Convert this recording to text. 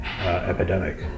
epidemic